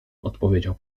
odpowiedział